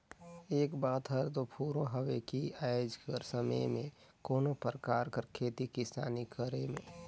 ए बात हर दो फुरों हवे कि आएज कर समे में कोनो परकार कर खेती किसानी करे में